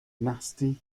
nasty